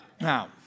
Now